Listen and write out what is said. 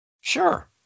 Sure